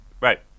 right